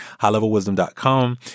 highlevelwisdom.com